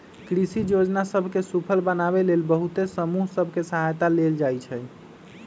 कृषि जोजना सभ के सूफल बनाबे लेल बहुते समूह सभ के सहायता लेल जाइ छइ